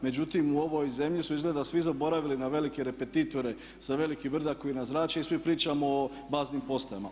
Međutim, u ovoj zemlji su izgleda svi zaboravili na velike repetitore sa velikih brda koji nas zrače i svi pričamo o baznim postajama.